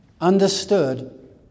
understood